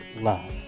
love